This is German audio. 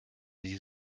die